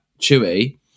Chewy